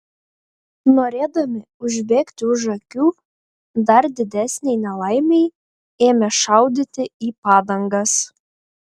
norėdami užbėgti už akių dar didesnei nelaimei ėmė šaudyti į padangas